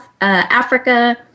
Africa